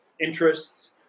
interests